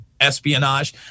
Espionage